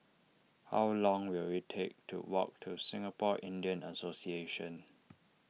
how long will it take to walk to Singapore Indian Association